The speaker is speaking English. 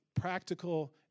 practical